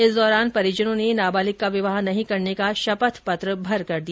इस दौरान परिजनों ने नाबालिग का विवाह नहीं करने का शपथ पत्र भरकर दिया